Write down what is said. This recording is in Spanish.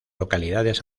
localidades